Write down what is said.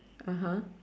(uh huh)